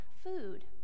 food